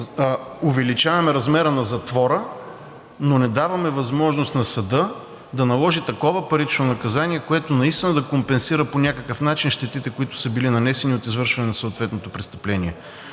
ние увеличаваме размера на затвора, но не даваме възможност на съда да наложи такова парично наказание, което наистина да компенсира по някакъв начин щетите, които са били нанесени от извършване на съответното престъпление.